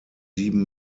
sieben